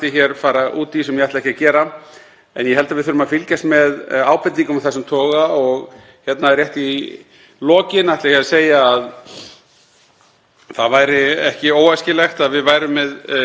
það væri ekki óæskilegt að við værum með einn svona nokkuð samræmdan vinnumarkað í framtíðinni sem beinir fyrst og fremst flæði vinnuafls í arðbær verkefni og bætt lífskjör